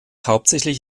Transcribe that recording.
hauptsächlich